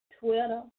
Twitter